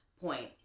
point